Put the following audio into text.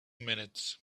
minutes